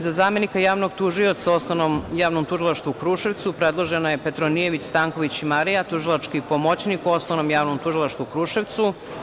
Za zamenika javnog tužioca u Osnovnom javnom tužilaštvu u Kruševcu predložena je Petronijević Stanković Marija, tužilački pomoćnik u Osnovnom javnom tužilaštvu u Kruševcu.